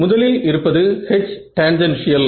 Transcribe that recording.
முதலில் இருப்பது H tangential